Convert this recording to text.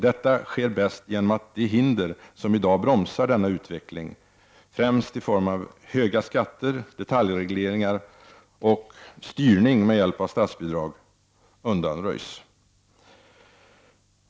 Detta sker bäst genom att de hinder som i dag bromsar denna utveckling — främst i form av höga skatter, detaljregleringar och styrning med hjälp av statsbidrag — undanröjs.